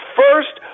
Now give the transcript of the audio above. first